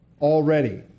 already